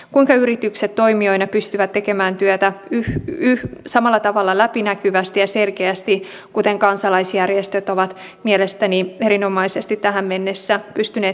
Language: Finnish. kuinka yritykset toimijoina pystyvät tekemään työtä samalla tavalla läpinäkyvästi ja selkeästi kuin kansalaisjärjestöt ovat mielestäni erinomaisesti tähän mennessä pystyneet tekemään